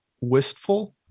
wistful